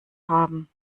haben